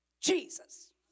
Jesus